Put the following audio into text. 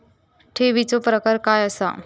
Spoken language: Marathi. ठेवीचो प्रकार काय असा?